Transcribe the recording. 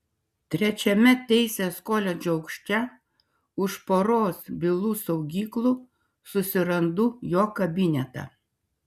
trečiame teisės koledžo aukšte už poros bylų saugyklų susirandu jo kabinetą